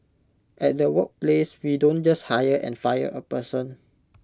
at the workplace we don't just hire and fire A person